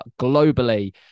globally